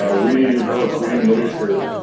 ah reading your books, reading literature,